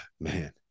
man